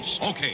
Okay